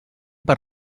per